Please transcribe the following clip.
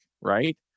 right